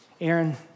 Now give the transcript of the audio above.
Aaron